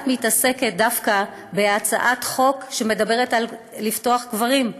את מתעסקת דווקא בהצעת חוק שמדברת על פתיחת קברים?